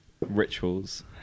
rituals